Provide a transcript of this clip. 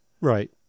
Right